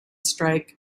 strike